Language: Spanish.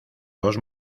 dos